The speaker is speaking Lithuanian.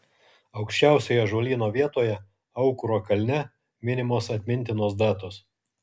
aukščiausioje ąžuolyno vietoje aukuro kalne minimos atmintinos datos